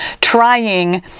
trying